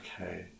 okay